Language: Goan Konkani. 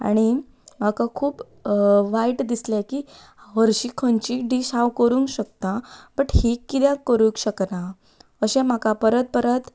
आनी म्हाका खूब वायट दिसलें की हरशीं खंयचीय डीश हांव करूंक शकतां बट ही कित्याक करूंक शकनां अशें म्हाका परत परत